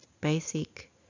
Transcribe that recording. basic